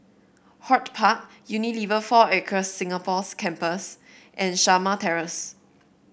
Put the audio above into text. HortPark Unilever Four Acres Singapore's Campus and Shamah Terrace